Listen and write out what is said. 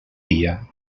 dia